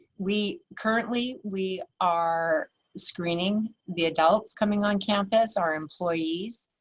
we currently, we are screening the adults coming on campus, our employees,